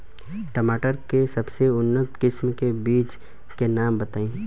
टमाटर के सबसे उन्नत किस्म के बिज के नाम बताई?